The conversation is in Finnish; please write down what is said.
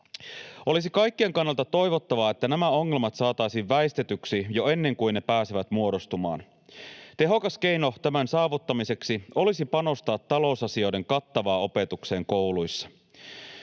Olisi kaikkien kannalta toivottavaa, että nämä ongelmat saataisiin väistetyksi jo ennen kuin ne pääsevät muodostumaan. Tehokas keino tämän saavuttamiseksi olisi panostaa talousasioiden kattavaan opetukseen kouluissa.